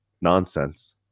nonsense